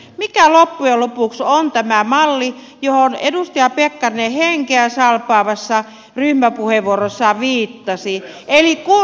mikä loppujen lopuksi on tämä malli johon edustaja pekkarinen henkeäsalpaavassa ryhmäpuheenvuorossaan viittasi eli maakuntaitsehallinto